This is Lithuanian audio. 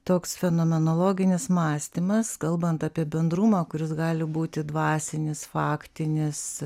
toks fenomenologinis mąstymas kalbant apie bendrumą kuris gali būti dvasinis faktinis